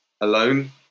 alone